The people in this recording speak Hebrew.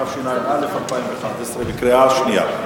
התשע"א 2011. סעיפים 1 2 נתקבלו.